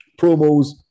Promos